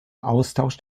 austausch